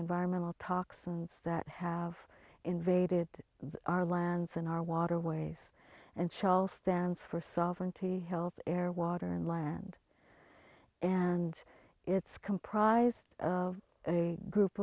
environmental toxins that have invaded our lands and our waterways and shall stands for solvent health care water and land and it's comprised of a group